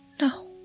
no